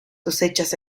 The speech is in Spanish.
cosechas